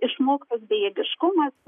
išmoktas bejėgiškumas